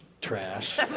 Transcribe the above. trash